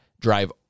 drive